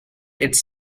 its